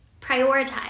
prioritize